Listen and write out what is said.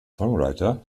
songwriter